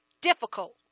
difficult